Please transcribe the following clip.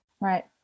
Right